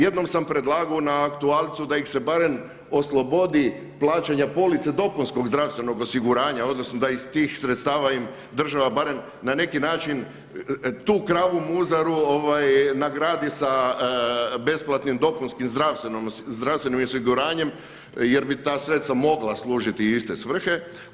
Jednom sam predlagao na aktualcu da ih se barem oslobodi plaćanja police dopunskog zdravstvenog osiguranja, odnosno da iz tih sredstava im država barem na neki način tu kravu muzaru nagradi sa besplatnim dopunskim zdravstvenim osiguranjem jer bi ta sredstva mogla služiti u iste svrhe.